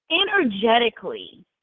energetically